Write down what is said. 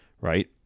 Right